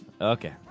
Okay